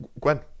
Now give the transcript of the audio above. Gwen